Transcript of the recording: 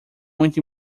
muito